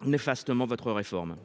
votre réforme